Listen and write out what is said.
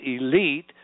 elite